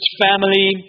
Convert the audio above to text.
family